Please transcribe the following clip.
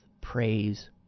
praise